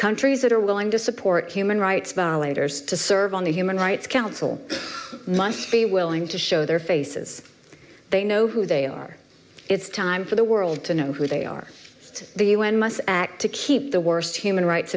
countries that are willing to support human rights violators to serve on the human rights council must be willing to show their faces they know who they are it's time for the world to know who they are the un must act to keep the worst human rights